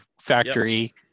factory